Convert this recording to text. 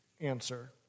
answer